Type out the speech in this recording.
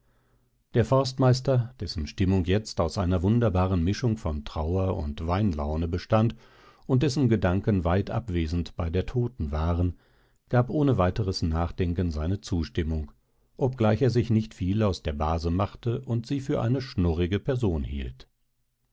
der forstmeister dessen stimmung jetzt aus einer wunderbaren mischung von trauer und weinlaune bestand und dessen gedanken weit abwesend bei der toten waren gab ohne weiteres nachdenken seine zustimmung obgleich er sich nicht viel aus der base machte und sie für eine schnurrige person hielt